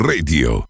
Radio